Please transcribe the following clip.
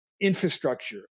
infrastructure